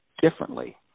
differently